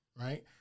right